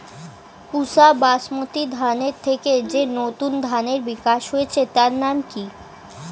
পুসা বাসমতি ধানের থেকে যে নতুন ধানের বিকাশ হয়েছে তার নাম কি?